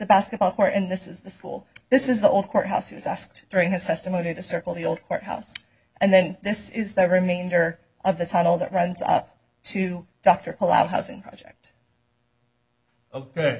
basketball court and this is the school this is the old courthouse he was asked during his testimony to circle the old courthouse and then this is the remainder of the tunnel that runs up to dr paul out housing project